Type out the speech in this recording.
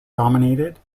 dominated